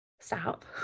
stop